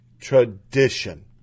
tradition